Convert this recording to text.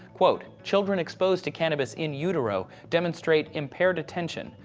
children exposed to cannabis in utero demonstrate impaired attention,